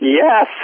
yes